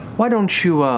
why don't you